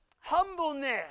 Humbleness